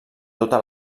tota